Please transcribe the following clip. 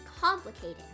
complicated